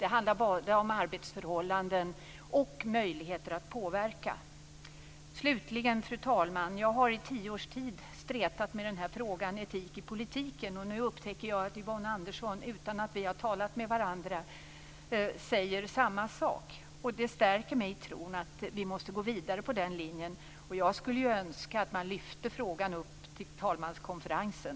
Det handlar både om arbetsförhållanden och möjligheter att påverka. Fru talman! Jag har i tio års tid stretat med frågan om etik i politiken. Nu upptäcker jag att Yvonne Andersson, utan att vi har talat med varandra, säger samma sak. Det stärker mig i tron att vi måste gå vidare på den linjen. Jag skulle önska att man lyfte frågan upp till talmanskonferensen.